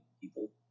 people